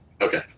Okay